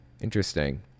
Interesting